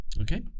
Okay